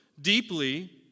deeply